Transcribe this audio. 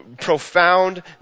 profound